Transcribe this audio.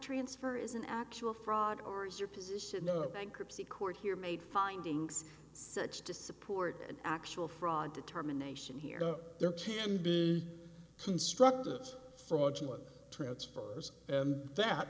transfer is an actual fraud or is your position no bankruptcy court here made findings such to support an actual fraud determination here there can be constructive fraudulent transfers and that